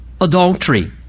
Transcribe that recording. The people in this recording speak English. adultery